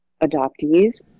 adoptees